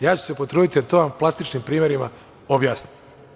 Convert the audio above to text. Ja ću se potruditi da vam to na plastičnim primerima objasnim.